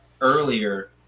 earlier